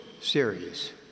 series